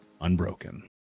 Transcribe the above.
unbroken